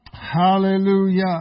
Hallelujah